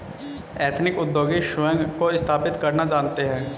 ethnic उद्योगी स्वयं को स्थापित करना जानते हैं